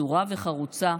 מסורה וחרוצה,